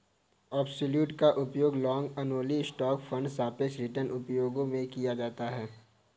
absolute का उपयोग long only stock fund सापेक्ष रिटर्न उपायों के लिए किया जाता है